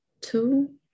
two